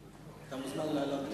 בן-סימון, אתה מוזמן לעלות.